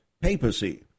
papacy